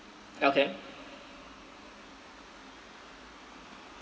okay